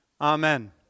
Amen